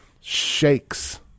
shakes